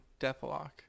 Deathlock